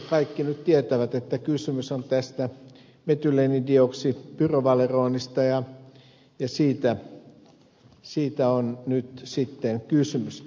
kaikki nyt tietävät että kysymys on tästä metyleenidioksipyrovaleronista ja siitä on nyt sitten kysymys